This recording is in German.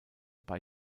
bei